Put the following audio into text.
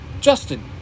Justin